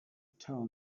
tell